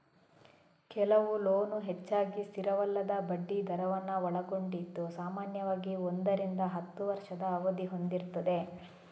ಕೆಲವು ಲೋನ್ ಹೆಚ್ಚಾಗಿ ಸ್ಥಿರವಲ್ಲದ ಬಡ್ಡಿ ದರವನ್ನ ಒಳಗೊಂಡಿದ್ದು ಸಾಮಾನ್ಯವಾಗಿ ಒಂದರಿಂದ ಹತ್ತು ವರ್ಷದ ಅವಧಿ ಹೊಂದಿರ್ತದೆ